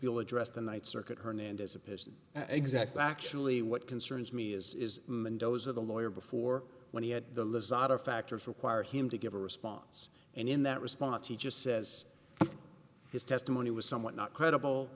you'll address the night circuit hernandez appears exactly actually what concerns me is and those of the lawyer before when he had the lizotte of factors require him to give a response and in that response he just says his testimony was somewhat not credible